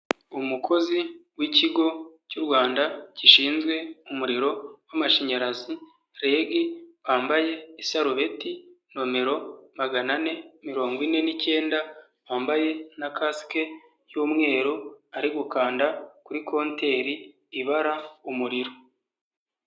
Umukozi w'ikigo cy'u Rwanda gishinzwe umuriro w'amashanyarazi REG wambaye isarubeti nomero magana ane mirongo ine n'icyenda, yambaye na kasike y'umweru ari gukanda kuri konteri ibara umuriro.